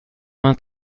vingt